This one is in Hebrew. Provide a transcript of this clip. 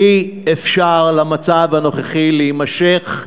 אי-אפשר שהמצב הנוכחי יימשך,